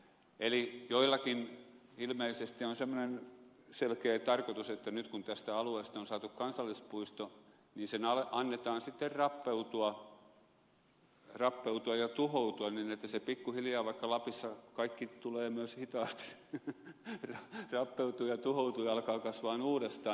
eli joillakin ilmeisesti on semmoinen selkeä tarkoitus että nyt kun tästä alueesta on saatu kansallispuisto sen annetaan sitten rappeutua ja tuhoutua niin että se pikkuhiljaa vaikka lapissa kaikki tulee myös hitaasti rappeutuu ja tuhoutuu ja alkaa kasvaa uudestaan